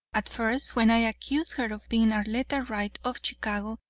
at first when i accused her of being arletta wright, of chicago,